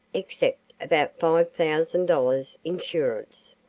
except about five thousand dollars insurance,